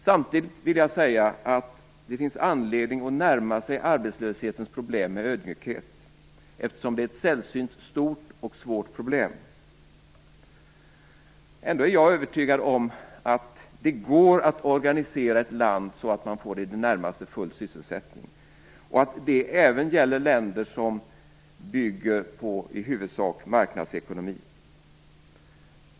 Samtidigt vill jag säga att det finns anledning att närma sig arbetslöshetens problem med ödmjukhet eftersom det är ett sällsynt stort och svårt problem. Ändå är jag övertygad om att det går att organisera ett land så att man får i det närmaste full sysselsättning och att det även gäller länder som bygger på i huvudsak marknadsekonomi.